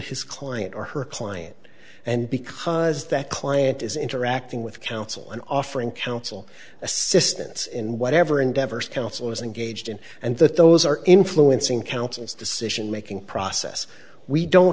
his client or her client and because that client is interacting with counsel and offering counsel assistance in whatever endeavors counsel is engaged in and that those are influencing council's decision making process we don't